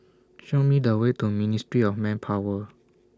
Show Me The Way to Ministry of Manpower